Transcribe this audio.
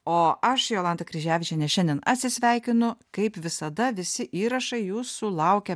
o aš jolanta kryževičienė šiandien atsisveikinu kaip visada visi įrašai jūsų laukia